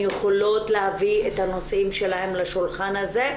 יכולות להביא את הנושאים שלהן לשולחן הזה,